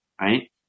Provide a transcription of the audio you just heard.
right